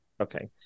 Okay